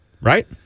right